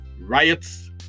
riots